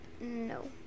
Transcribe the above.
No